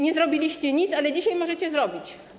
Nie zrobiliście nic, ale dzisiaj możecie coś zrobić.